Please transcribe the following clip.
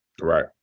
Right